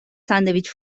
ساندویچ